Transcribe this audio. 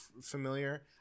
familiar